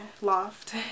Loft